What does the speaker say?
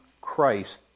Christ